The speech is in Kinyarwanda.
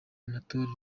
anatole